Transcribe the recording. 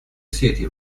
city